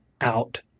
out